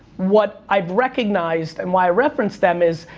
what i've recognized and why i referenced them is,